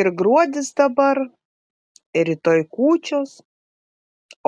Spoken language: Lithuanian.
ir gruodis dabar ir rytoj kūčios